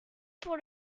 pour